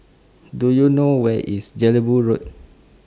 Do YOU know Where IS Jelebu Road